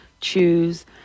choose